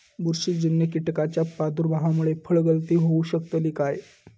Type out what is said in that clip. बुरशीजन्य कीटकाच्या प्रादुर्भावामूळे फळगळती होऊ शकतली काय?